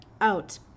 out